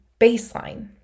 baseline